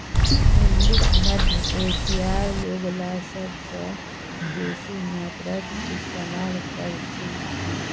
हुंडीक मध्य एशियार लोगला सबस बेसी मात्रात इस्तमाल कर छिल की